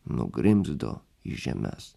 nugrimzdo į žemes